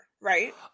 right